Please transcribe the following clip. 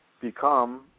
become